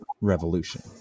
revolution